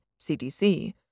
CDC